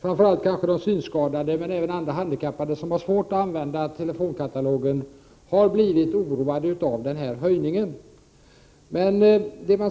framför allt de synskadade, men även andra handikappade som har svårt att använda telefonkatalogen, har blivit oroade av den här höjningen.